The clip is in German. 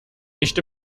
nicht